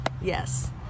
Yes